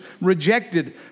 rejected